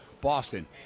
Boston